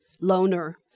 loner